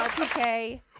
Okay